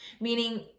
meaning